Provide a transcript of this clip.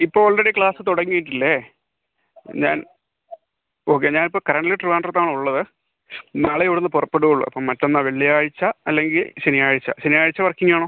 ഇപ്പം already class തുടങ്ങീട്ടില്ലെ ഞാൻ ഓക്കെ ഞാൻ ഇപ്പം കറൻറ്റ്ലി ട്രിവാൻഡ്രത്ത് ആണ് ഉള്ളത് നാളെ ഇവിടുന്ന് പുറപ്പെടൂള്ളൂ അപ്പം മറ്റന്നാൾ വെള്ളിയാഴ്ച അല്ലെങ്കിൽ ശനിയാഴ്ച ശനിയാഴ്ച വർക്കിംഗ് ആണോ